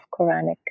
Quranic